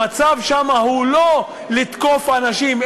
המצב שם הוא לא לתקוף אנשים,